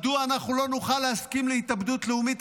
מדוע אנחנו לא נוכל להסכים להתאבדות לאומית.